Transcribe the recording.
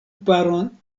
paron